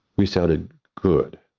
we sounded good.